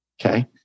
Okay